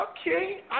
okay